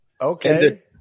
Okay